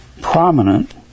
prominent